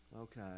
Okay